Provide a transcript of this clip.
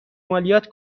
مالیات